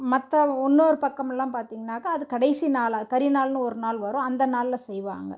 மற்ற இன்னொரு பக்கமெல்லாம் பார்த்திங்னாக்கா அது கடைசி நாளாக கரிநாள்னு ஒரு நாள் வரும் அந்த நாளில் செய்வாங்க